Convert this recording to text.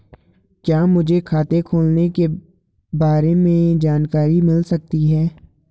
क्या मुझे खाते खोलने के बारे में जानकारी मिल सकती है?